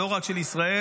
לא רק של ישראל,